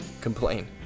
complain